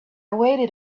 waited